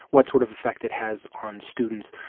what sort of effect it has on students.